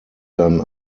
dann